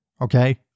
Okay